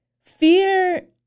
fear